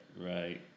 right